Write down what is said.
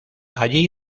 allí